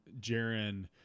Jaron